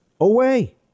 away